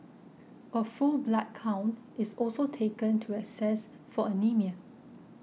a full blood count is also taken to assess for anaemia